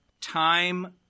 time